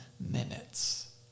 minutes